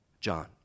john